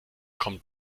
kommt